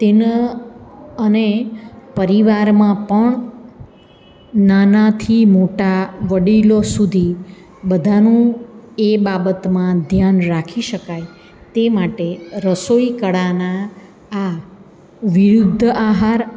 તેના અને પરિવારમાં પણ નાનાથી મોટા વડીલો સુધી બધાનું એ બાબતમાં ધ્યાન રાખી શકાય તે માટે રસોઈ કળાના આ વિરુદ્ધ આહાર